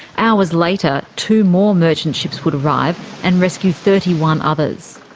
hours later, two more merchant ships would arrive and rescue thirty one others.